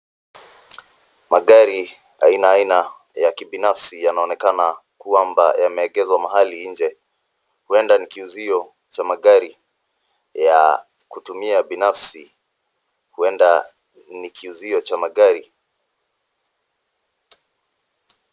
Magari aina aina ya kibinafsi yanaonekana kwamba yameegeshwa mahali nje. Huenda ni kiuzio cha magari ya kutumia binafsi.